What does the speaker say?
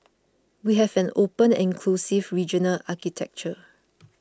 we have an open and inclusive regional architecture